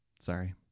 Sorry